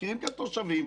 מפקירים כאן תושבים,